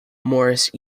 morris